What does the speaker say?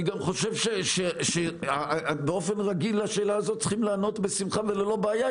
אני גם חושב שבאופן רגיל על השאלה הזאת צריכים לענות בשמחה ובלי בעיה.